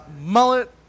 mullet